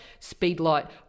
speedlight